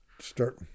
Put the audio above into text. start